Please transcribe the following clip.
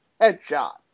Headshot